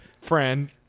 friend